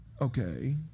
okay